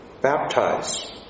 baptize